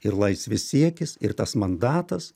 ir laisvės siekis ir tas mandatas